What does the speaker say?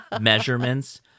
measurements